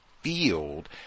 field